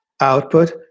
output